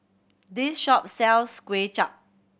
this shop sells Kuay Chap